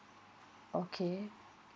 okay